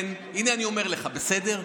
הינה, אני אומר לך, בסדר?